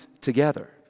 together